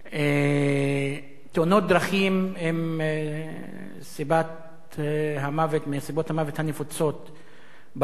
תאונות דרכים הן מסיבות המוות הנפוצות בארץ.